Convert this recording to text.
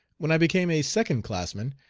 when i became a second-classman,